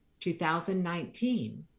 2019